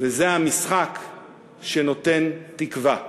וזה המשחק שנותן תקווה.